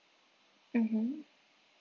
mmhmm